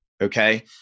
Okay